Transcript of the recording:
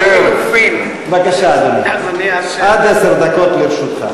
בבקשה, אדוני, עד עשר דקות לרשותך.